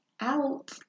out